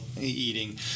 eating